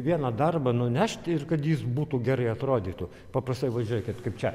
vieną darbą nunešti ir kad jis būtų gerai atrodytų paprastai va žiūrėkit kaip čia